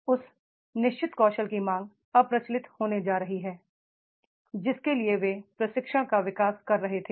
उस निश्चित कौशल की मांग अप्रचलित होने जा रही है जिसके लिए वे प्रशिक्षण का विकास कर रहे थे